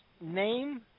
name